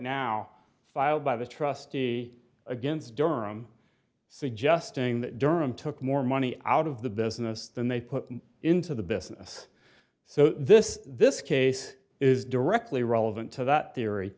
now filed by the trustee against durham suggesting that durham took more money out of the business than they put into the business so this this case is directly relevant to that